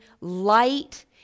light